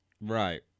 Right